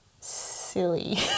silly